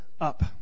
up